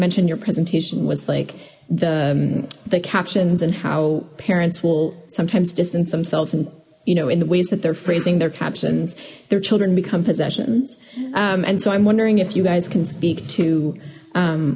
mentioned your presentation was like the the captions and how parents will sometimes distance themselves and you know in the ways that their phrasing their captions their children become possessions and so i'm wondering if you guys can speak to